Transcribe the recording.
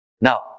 Now